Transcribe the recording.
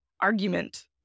argument